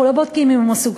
אנחנו לא בודקים אם הוא מסוכן?